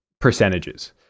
percentages